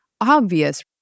obvious